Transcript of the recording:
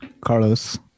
Carlos